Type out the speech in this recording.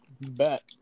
bet